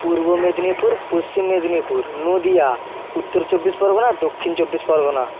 পূর্ব মেদিনীপুর পশ্চিম মেদিনীপুর নদিয়া উত্তর চব্বিশ পরগনা দক্ষিণ চব্বিশ পরগনা